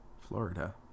Florida